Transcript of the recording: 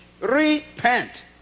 repent